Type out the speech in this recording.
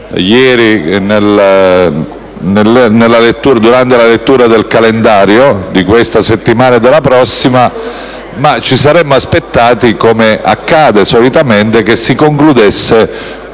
ieri durante la lettura del calendario di questa settimana e della prossima, ma ci saremmo aspettati, come accade solitamente, che si concludesse